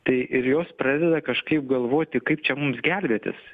tai ir jos pradeda kažkaip galvoti kaip čia mums gelbėtis